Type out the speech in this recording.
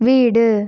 வீடு